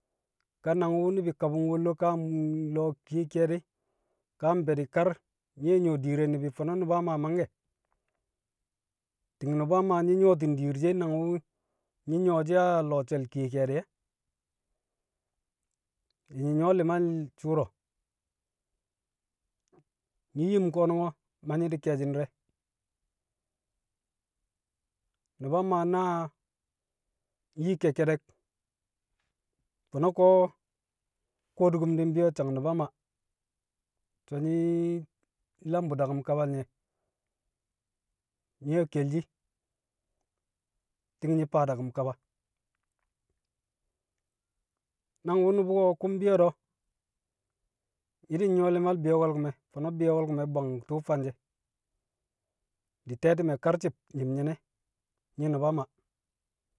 Ka nang wu̱ ni̱bi̱ kabu̱ng wollo ka a nlo̱o̱ kiye ke̱e̱di̱, ka a mfe̱ di̱ kar, nye nyu̱wo̱ diir re ni̱bi̱, fo̱no̱ Nu̱ba Maa mangke̱. Ti̱ng Nu̱ba Maa nyi̱ nyu̱wo̱ti̱n diir she nang wu̱ nyi̱ nyu̱wo̱shi̱ a lo̱o̱ she̱l kiye ke̱e̱di̱ e̱, dị nyi̱ nyu̱wo̱ li̱mal shu̱u̱ro̱. Nyi̱ yim ko̱nu̱ngo̱, ma nyi̱ di̱ ke̱e̱shi̱ ndi̱rẹ. Nu̱ba Maa naa nyi ke̱kke̱de̱k, fo̱no̱ ko̱ kwodukum di̱ mbi̱yo̱ sang Nu̱ba Maa. So̱ nyi̱ nlam bu̱ daku̱m kabal nyẹ. Nye̱ kelshi, ti̱ng nyi̱ faa daku̱m kaba, nang wu̱ nu̱bu̱ ko̱ ku̱ mbi̱yo̱ do̱, nyi̱ di̱ nyu̱wo̱ li̱mal bi̱yo̱ko̱l ku̱mẹ, fo̱no̱ bi̱yo̱ko̱l ku̱me̱ bwang tṵṵ fanshe̱. Di̱ te̱ti̱me̱ karci̱b nyi̱m nyi̱ne̱, nyi̱ Nu̱ba Maa.